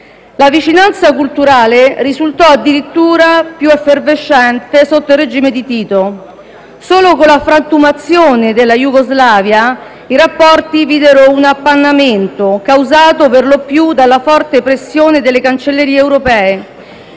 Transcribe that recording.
La vicinanza culturale risultò addirittura più effervescente sotto il regime di Tito. Solo con la frantumazione della Jugoslavia i rapporti videro un appannamento, causato perlopiù dalla forte pressione delle cancellerie europee,